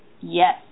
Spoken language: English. Yes